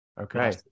okay